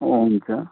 हुन्छ